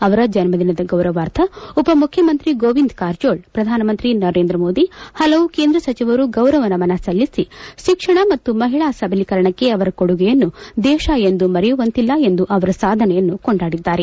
ಅವರ ಜನ್ಮದಿನದ ಗೌರವಾರ್ಥ ಉಪಮುಖ್ಯಮಂತ್ರಿ ಗೋವಿಂದ ಕಾರಜೋಳ ಪ್ರಧಾನಮಂತ್ರಿ ನರೇಂದ್ರ ಮೋದಿ ಪಲವು ಕೇಂದ್ರ ಸಚಿವರು ಗೌರವ ನಮನ ಸಲ್ಲಿಸಿ ಶಿಕ್ಷಣ ಮತ್ತು ಮಹಿಳಾ ಸಬಲೀಕರಣಕ್ಕೆ ಅವರ ಕೊಡುಗೆಯನ್ನು ದೇಶ ಎಂದು ಮರೆಯುವಂತಿಲ್ಲ ಎಂದು ಅವರ ಸಾಧನೆಯನ್ನು ಕೊಂಡಾಡಿದ್ದಾರೆ